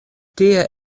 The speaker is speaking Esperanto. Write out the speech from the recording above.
tia